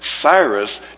Cyrus